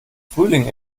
frühling